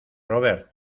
rober